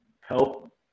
help